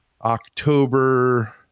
October